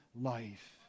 life